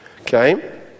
Okay